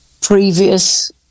previous